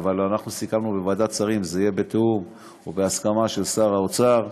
אנחנו סיכמנו בוועדת שרים שזה יהיה בתיאום ובהסכמה של שר האוצר.